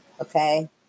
okay